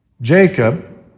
Jacob